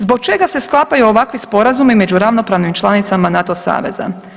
Zbog čega se sklapaju ovakvi sporazumi među ravnopravnih članicama NATO saveza?